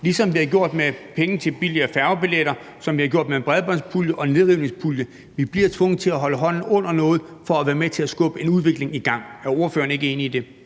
ligesom vi har gjort det med penge til billigere færgebilletter, og ligesom vi har gjort det med en bredbåndspulje og en nedrivningspulje. Vi bliver tvunget til at holde hånden under noget for at være med til at skubbe en udvikling i gang. Er ordføreren ikke enig i det?